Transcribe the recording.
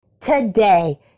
Today